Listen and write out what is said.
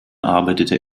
arbeitete